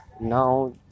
now